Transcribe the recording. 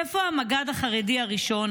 איפה המג"ד החרדי הראשון?